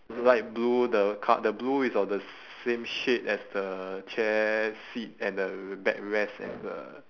light blue the car the blue is of the same shade as the chair seat and the backrest and the